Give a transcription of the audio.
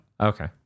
Okay